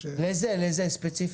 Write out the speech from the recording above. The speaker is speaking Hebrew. לזה ספציפית.